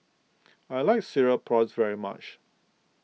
I like Cereal Prawns very much